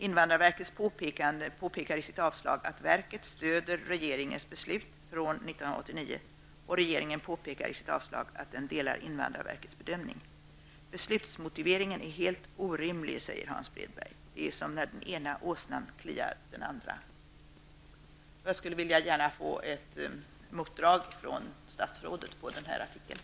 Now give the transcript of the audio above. Invandrarverket påpekar i sitt avslag att verket stöder regeringens beslut från 1989, och regeringen påpekar i sitt avslag att den delar invandrarverkets bedömning. Beslutsmotiveringen är helt orimlig, säger Hans Bredberg. Det är som när den ena åsnan kliar den andra, tillägger han. Jag vill gärna få ett motdrag från statsrådet Maj-Lis Lööw på den här artikeln.